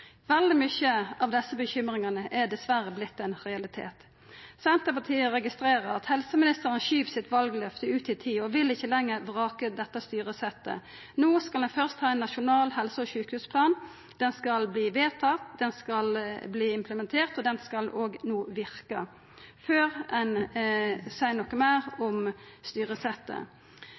Veldig mange av desse bekymringane er dessverre vorte ein realitet. Senterpartiet registrerer at helseministeren skyver sitt valløfte ut i tid og vil ikkje lenger vraka dette styresettet. No skal vi først ha ein nasjonal helse- og sjukehusplan, han skal verte vedtatt, han skal verte implementert, og han skal no verka før ein seier noko meir om styresettet.